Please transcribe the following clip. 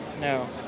no